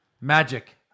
Magic